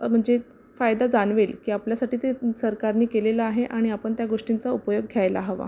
म्हंजे फायदा जाणवेल की आपल्यासाठी ते सरकारनी केलेलं आहे आणि आपण त्या गोष्टींचा उपयोग घ्यायला हवा